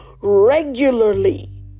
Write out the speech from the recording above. regularly